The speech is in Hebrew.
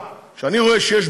אני אלמד אתכם משהו גם,